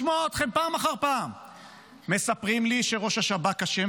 לשמוע אתכם פעם אחר פעם מספרים לי שראש השב"כ אשם,